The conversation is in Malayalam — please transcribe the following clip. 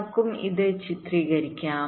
നമുക്കും ഇത് ചിത്രീകരിക്കാം